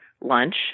lunch